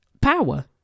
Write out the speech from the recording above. power